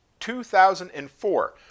2004